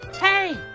Hey